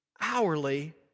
hourly